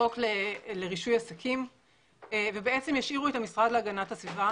בחוק לרישוי עסקים וישאירו את המשרד להגנת הסביבה